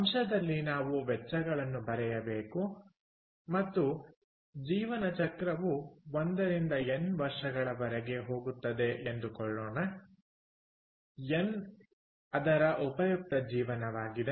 ಅಂಶದಲ್ಲಿ ನಾವು ವೆಚ್ಚಗಳನ್ನು ಬರೆಯಬೇಕು ಮತ್ತು ಜೀವನ ಚಕ್ರವು 1 ರಿಂದ ಎನ್ ವರ್ಷಗಳವರೆಗೆ ಹೋಗುತ್ತದೆ ಎಂದು ಕೊಳ್ಳೋಣ ಎನ್ ಅದರ ಉಪಯುಕ್ತ ಜೀವನವಾಗಿದೆ